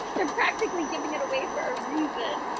it they're practically giving it away for a reason.